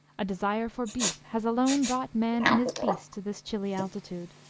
a desire for beef has alone brought man and his beast to this chilly altitude.